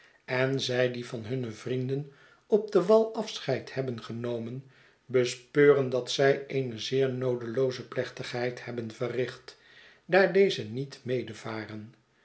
en zij die van hunne vrienden op den wal afscheid hebben genomen bespeuren dat zij eene zeer noodelooze plechtigheid hebben verricht daar deze niet medevaren